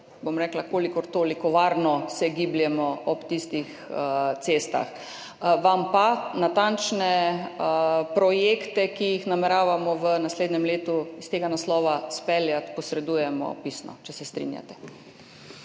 lahko kolikor toliko varno gibljemo ob tistih cestah. Vam pa natančne projekte, ki jih nameravamo v naslednjem letu iz tega naslova izpeljati, posredujemo pisno, če se strinjate.